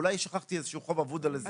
אם שכחתי איזה חוב של לא יודע מה.